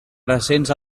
presents